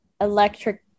electric